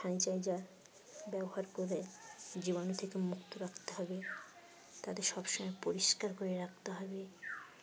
sanitiser ব্যবহার করে জীবাণু থেকে মুক্ত রাখতে হবে তাদের সবসময় পরিষ্কার করে রাখতে হবে